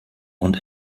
und